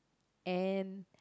and